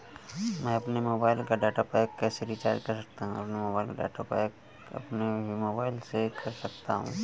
मैं अपने मोबाइल का डाटा पैक कैसे रीचार्ज कर सकता हूँ?